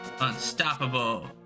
Unstoppable